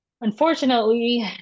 unfortunately